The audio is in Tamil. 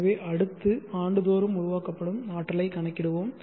எனவே அடுத்து ஆண்டுதோறும் உருவாக்கப்படும் ஆற்றலைக் கணக்கிடுவோம்